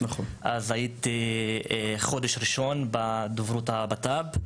אז הייתי בחודש הראשון בדוברות הבט"פ,